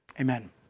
amen